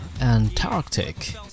Antarctic